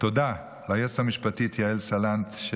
תודה ליועצת המשפטית יעל סלנט.